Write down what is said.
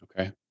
Okay